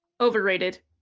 Overrated